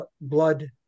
blood